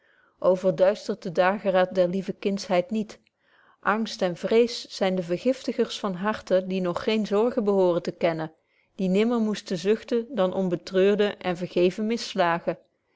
verduistert den dageraad der lieve kindschheid niet angst en vrees zyn de vergiftigers van harten die nog geene zorgen behooren te kennen die nimmer moesten zuchten dan om betreurde en vergevene misslagen